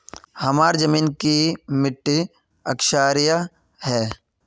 हमार जमीन की मिट्टी क्षारीय है?